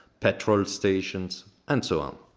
petrol stations and so on.